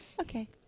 Okay